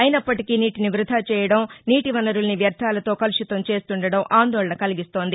అయినప్పటికి నీటిని వృద్దా చేయడం నీటి వనరుల్ని వ్యర్థాలతో కలుషితం చేస్తుండటం ఆందోళన కలిగిస్తోంది